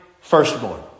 firstborn